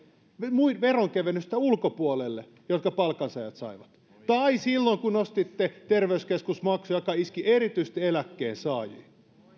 niiden veronkevennysten ulkopuolelle jotka palkansaajat saivat tai silloin kun nostitte terveyskeskusmaksuja mikä iski erityisesti eläkkeensaajiin